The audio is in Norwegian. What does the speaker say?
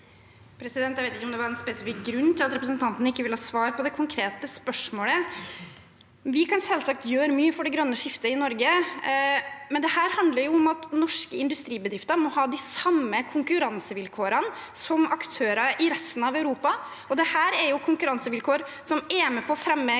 Jeg vet ikke om det var en spesifikk grunn til at representanten ikke ville svare på det konkrete spørsmålet. Vi kan selvsagt gjøre mye for det grønne skiftet i Norge, men dette handler om at norske industribedrif ter må ha de samme konkurransevilkårene som aktører i resten av Europa. Dette er konkurransevilkår som er med på å fremme grønn